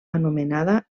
anomenada